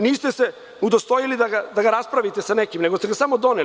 Niste se udostojili da ga raspravite sa nekim, nego ste ga samo doneli.